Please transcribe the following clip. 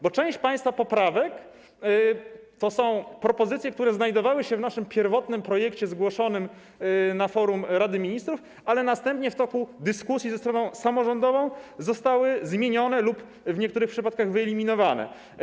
Bo część państwa poprawek to propozycje, które znajdowały się w naszym pierwotnym projekcie zgłoszonym na forum Rady Ministrów, ale następnie w wyniku dyskusji ze stroną samorządową zostały zmienione lub - w niektórych przypadkach -wyeliminowane.